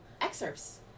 excerpts